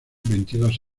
veintidós